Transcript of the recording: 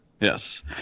Yes